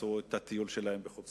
ועשו את הטיול שלהם בחו"ל